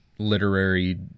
literary